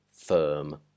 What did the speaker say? firm